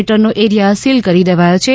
મીટરનો area seal કરી દેવાથો છે